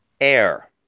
air